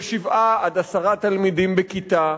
ושבעה עד עשרה תלמידים בכיתה,